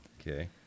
Okay